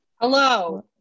Hello